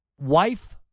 wife